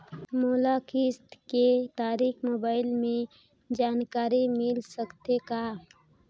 मोला किस्त के तारिक मोबाइल मे जानकारी मिल सकथे का?